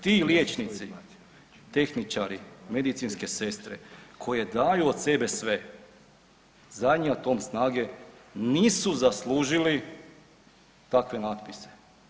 Ti liječnici, tehničari, medicinske sestre koje daju od sebe sve, zadnji atom snage, nisu zaslužili takve natpise.